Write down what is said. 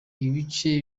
ibice